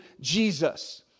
Jesus